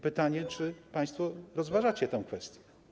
Pytanie, czy państwo rozważacie tę kwestię.